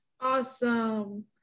awesome